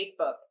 Facebook